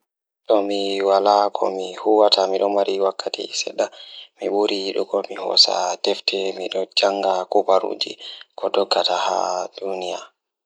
So tawii mi heɓi yeru, mi waɗa njangude nguurndam, njangude ngal e waɗude hay ɗum e njam. Miɗo njiddaade ɗum sabu ɗum waɗa mi waawde njokkiirde e nguurndam ngal.